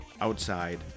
outside